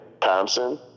Thompson